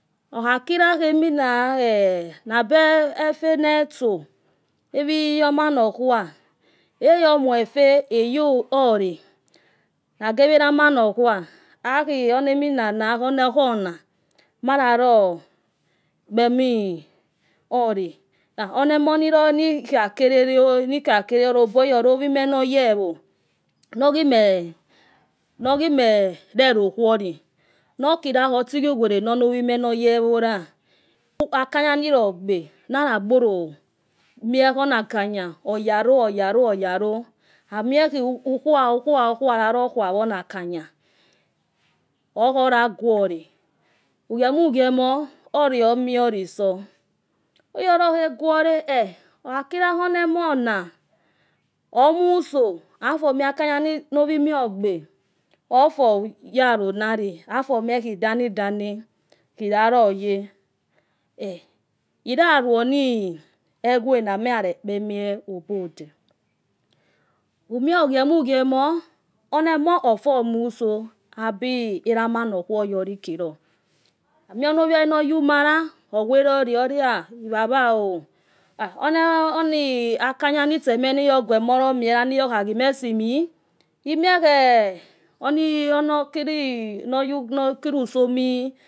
Okhakila emina uabo. efe nai itso ekheuw iyoma nokhua. ayo muefe eyo ole. layo awho erama nokhua. ali on okho na. naro kpemibole. omoniya kele. obolo. iyolo ovwime noye evo. neghime noghime relokuuoli. nokila, otogu, uwele ya. nono ouhima in. akanya nilo gba nayo gbelo oyalo anua ukhua ukhua lalo khua wona. akanya okhoya guo. ola ugiemo ugiemo. ole. omiolisa ukhakilo onomona. omu. uso. afur mie akanya no. owahoeme ogbe. ofur yalo nali afur mie idana idena khilaroye. iyarawno egwe na. nuya re kpemie obode, umie ugosmo ugiemo. onomo. ofurmu. muso abe erama oyolikelo. amie uno uiolinoyu. umala. ogweroli. baba o. anakan ga niyo. guomolire niyo. ayo ghime simi inuekre uno kilo usomi